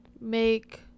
make